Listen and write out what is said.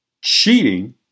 cheating